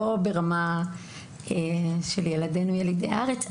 לא ברמה של ילדינו ילידי הארץ,